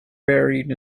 buried